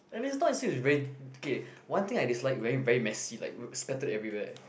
and it's not as if is very okay one thing I dislike very very messy like splattered everywhere